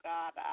God